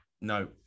no